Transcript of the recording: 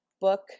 book